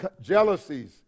jealousies